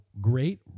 great